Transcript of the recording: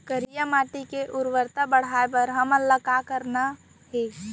करिया माटी के उर्वरता ला बढ़ाए बर हमन ला का करना हे?